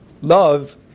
love